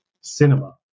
cinema